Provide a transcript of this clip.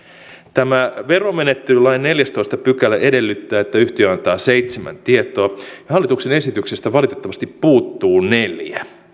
tämä veromenettelylain neljästoista pykälä edellyttää että yhtiö antaa seitsemän tietoa hallituksen esityksestä valitettavasti puuttuu neljä